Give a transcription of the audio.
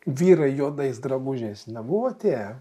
vyrai juodais drabužiais nebuvo atėję